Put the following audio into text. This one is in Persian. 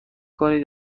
کنید